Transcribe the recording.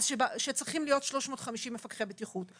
צריכים להיות 350 מפקחי בטיחות.